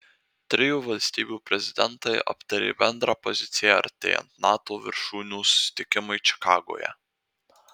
trijų valstybių prezidentai aptarė bendrą poziciją artėjant nato viršūnių susitikimui čikagoje